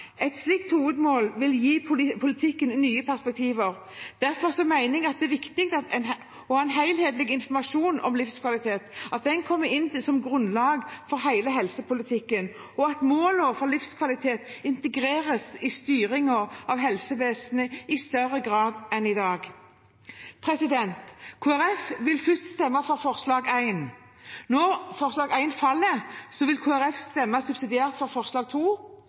Et slikt hovedmål vil gi politikken nye perspektiver. Derfor mener jeg at det er viktig å ha helhetlig informasjon om livskvalitet, at den kommer inn som grunnlag for hele helsepolitikken, og at målene for livskvalitet integreres i styringen av helsevesenet i større grad enn i dag. Kristelig Folkeparti vil først stemme for forslag nr. 1. Om forslag nr. 1 faller, vil Kristelig Folkeparti stemme subsidiært for forslag